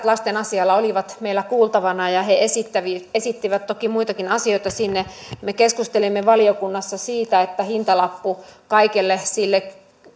lasten asialla oli meillä kuultavana ja he esittivät toki muitakin asioita me keskustelimme valiokunnassa siitä että hintalappu kaikelle sille